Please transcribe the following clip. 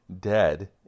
dead